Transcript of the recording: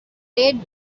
played